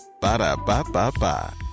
Ba-da-ba-ba-ba